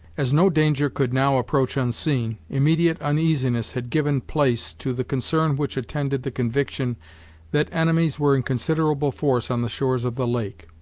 as no danger could now approach unseen, immediate uneasiness had given place to the concern which attended the conviction that enemies were in considerable force on the shores of the lake,